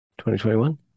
2021